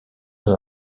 dans